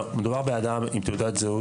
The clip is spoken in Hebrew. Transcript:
מדובר באדם עם תעודת זהות.